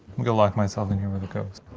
i'm gonna lock myself in here with a ghost.